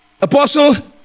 Apostle